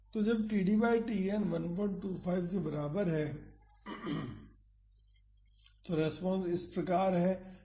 तो जब td by Tn 125 के बराबर है तो रेस्पॉन्स इस प्रकार है